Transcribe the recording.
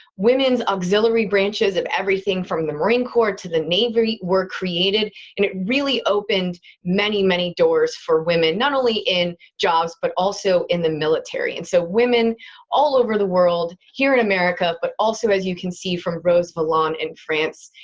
women exhilarate branches of everything from the marine court to the navary were created and it really opened many many doors for woman. not only in jobs but also in the military. and so woman all over the world, here in america, but also as you can see, from rose valland in france,